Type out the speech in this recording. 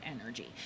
energy